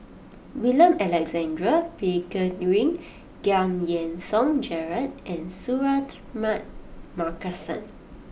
William Alexander Pickering Giam Yean Song Gerald and Suratman Markasan